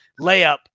layup